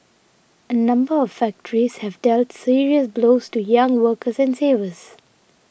a number of factories have dealt serious blows to young workers and savers